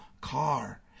car